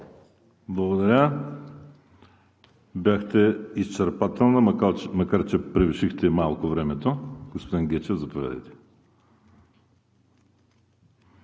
Благодаря. Бяхте изчерпателна, макар че превишихте малко времето. Господин Гечев, заповядайте.